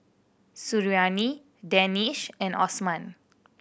Suriani Danish and Osman